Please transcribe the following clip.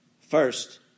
First